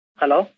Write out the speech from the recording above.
hello